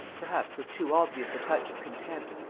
perhaps with too obvious a touch of contempt.